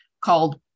called